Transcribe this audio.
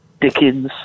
Dickens